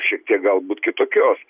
šiek tiek galbūt kitokios